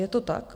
Je to tak.